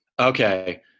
okay